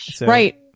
Right